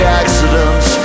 accidents